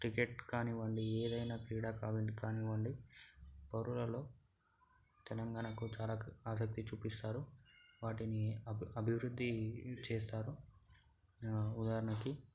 cricket కానివ్వండి ఏదైనా క్రీడ కానివ్వండి పౌరులలో తెలంగాణకు చాలా ఆసక్తి చూపిస్తారు వాటిని అబి అభివృద్ధి చేస్తారు ఉదాహరణకి